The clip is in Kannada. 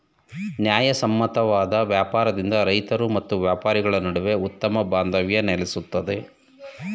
ನ್ಯಾಯಸಮ್ಮತವಾದ ವ್ಯಾಪಾರದಿಂದ ರೈತರು ಮತ್ತು ವ್ಯಾಪಾರಿಗಳ ನಡುವೆ ಉತ್ತಮ ಬಾಂಧವ್ಯ ನೆಲೆಸುತ್ತದೆ